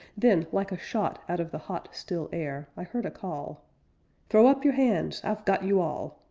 then, like a shot out of the hot still air, i heard a call throw up your hands! i've got you all!